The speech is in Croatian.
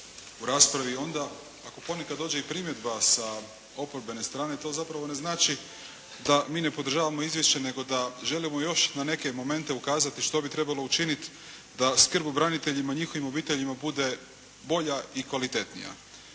u raspravi onda ako ponekad dođe i primjedba sa oporbene strane to zapravo ne znači da mi ne podržavamo izvješće nego da želimo još na neke momente ukazati što bi trebalo učiniti da skrb o braniteljima i njihovim obiteljima bude bolje i kvalitetnija